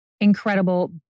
incredible